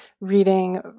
reading